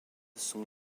sont